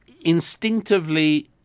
instinctively